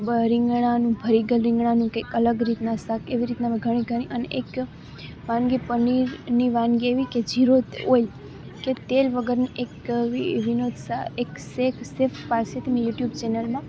રીંગણાનું ભરેલાં રીંગણાનું કે અલગ રીતનાં શાક એવી રીતનાં મેં ઘણી ઘણી અને એક વાનગી પનીરની વાનગી એવી કે જીરો ઓઇલ કે તેલ વગરની એક વિનોદ શાહ એક સેફ પાસેથી મેં યુટ્યુબ ચેનલમાં